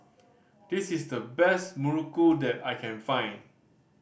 this is the best muruku that I can find